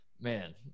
man